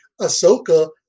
Ahsoka